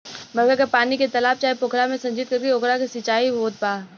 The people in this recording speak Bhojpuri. बरखा के पानी के तालाब चाहे पोखरा में संचित करके ओकरा से सिंचाई होत बा